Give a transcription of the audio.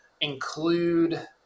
include